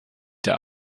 der